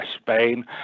Spain